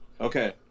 Okay